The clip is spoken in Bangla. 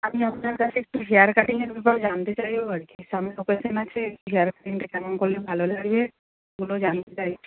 আমি আপনার কাছে একটু হেয়ার কাটিংয়ের ব্যাপারে জানতে চাই আর কি সামনে অকেশন আছে হেয়ার কাটিংটা কেমন করলে ভালো লাগে পুরো জানতে চাইছি